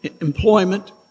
employment